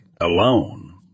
alone